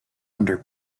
under